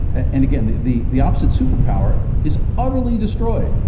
ah and again the the the opposite superpower is utterly destroyed.